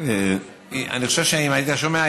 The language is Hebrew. אני חושב שם היית שומע,